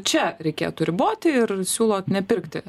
čia reikėtų riboti ir siūlot nepirkti